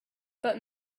but